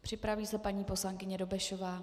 Připraví se paní poslankyně Dobešová.